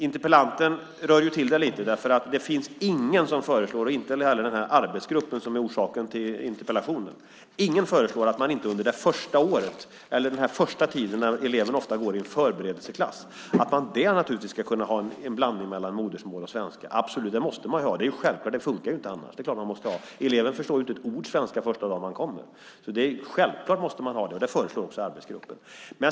Interpellanten rör till detta lite. Det finns ingen som föreslår - inte heller den arbetsgrupp som är anledningen till interpellationen - att man inte under det första året eller den första tiden, då eleven ofta går i en förberedelseklass, ska kunna ha en blandning mellan modersmål och svenska. Det måste man ju ha. Det är självklart. Det funkar ju inte annars. Eleverna förstår ju inte ett ord svenska den första dagen de kommer. Självklart måste man ha det, och det föreslår också arbetsgruppen.